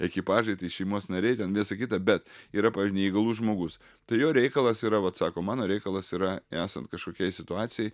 ekipažai tai šeimos nariai ten visa kita bet yra pav neįgalus žmogus tai jo reikalas yra vat sako mano reikalas yra esant kažkokiai situacijai